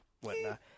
whatnot